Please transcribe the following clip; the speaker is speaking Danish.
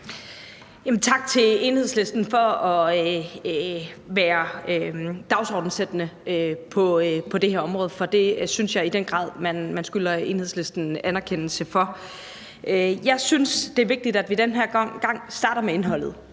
Tak til Enhedslisten for at være dagsordenssættende på det her område, for det synes jeg i den grad man skylder Enhedslisten anerkendelse for. Jeg synes, det er vigtigt, at vi den her gang starter med indholdet